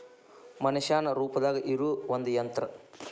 ಮನಷ್ಯಾನ ರೂಪದಾಗ ಇರು ಒಂದ ಯಂತ್ರ